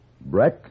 Breck